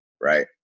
right